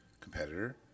competitor